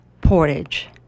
Portage